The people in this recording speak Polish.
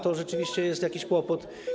To rzeczywiście jest jakiś kłopot.